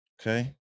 Okay